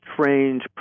strange